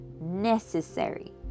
necessary